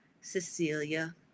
Cecilia